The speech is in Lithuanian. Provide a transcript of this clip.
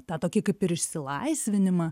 tą tokį kaip ir išsilaisvinimą